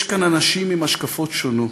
יש כאן אנשים עם השקפות שונות,